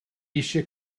eisiau